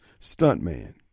stuntman